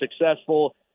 successful